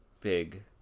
big